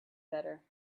better